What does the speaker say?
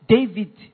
David